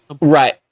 Right